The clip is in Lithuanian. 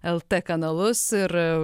lt kanalus ir